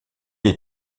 est